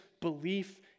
belief